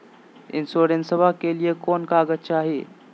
इंसोरेंसबा के लिए कौन कागज चाही?